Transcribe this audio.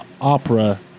opera